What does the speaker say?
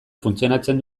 funtzionatzen